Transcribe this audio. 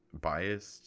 biased